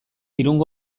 irungo